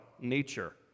nature